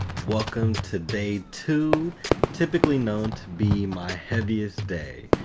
welcome to day two typically known to be my heaviest day!